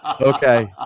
Okay